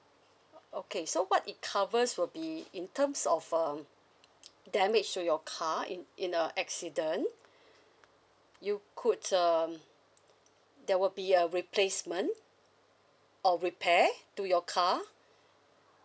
o~ okay so what it covers will be in terms of um damage to your car in in a accident you could um there will be a replacement or repair to your car